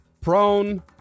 prone